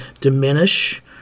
diminish